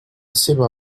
seva